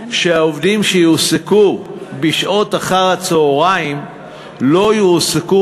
שהעובדים שיועסקו בשעות אחר-הצהריים לא יועסקו